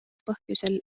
põhjusel